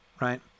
Right